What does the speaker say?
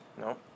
No